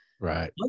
Right